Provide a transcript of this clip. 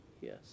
Yes